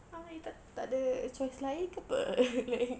ah you tak tak ada choice lain ke apa like